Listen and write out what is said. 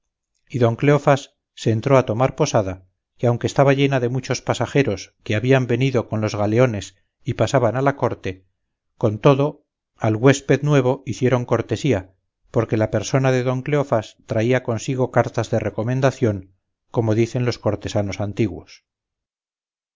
y don cleofás se entró a tomar posada que aunque estaba llena de muchos pasajeros que habían venido con los galeones y pasaban a la corte con todo al güésped nuevo hicieron cortesía porque la persona de don cleofás traía consigo cartas de recomendación como dicen los cortesanos antiguos